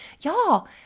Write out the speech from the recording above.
Y'all